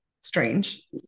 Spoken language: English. strange